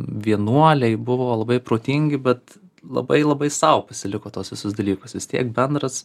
vienuoliai buvo labai protingi bet labai labai sau pasiliko tuos visus dalykus vis tiek bendras